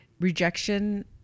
Rejection